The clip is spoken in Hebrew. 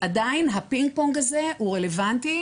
עדיין הפינג-פונג הזה הוא רלוונטי,